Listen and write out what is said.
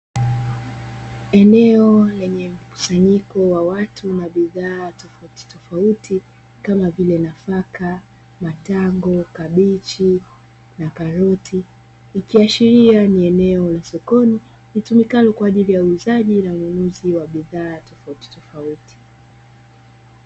Eneo lenye mkusanyiko wa watu na bidhaa tofautitofauti, kama vile: nafaka, matango, kabichi na karoti, ikiashiria ni eneo la sokoni, litumikalo kwa ajili ya uuzaji na ununuzi wa bidhaa tofauti tofauti.